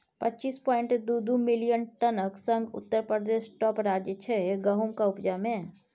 पच्चीस पांइट दु दु मिलियन टनक संग उत्तर प्रदेश टाँप राज्य छै गहुमक उपजा मे